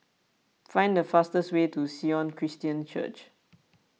find the fastest way to Sion Christian Church